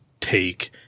take